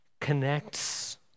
connects